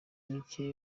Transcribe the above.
mike